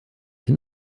hin